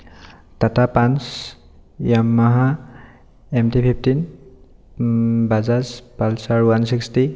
Tata punch Yamaha M T fifteen Bajaj pulsar one sixty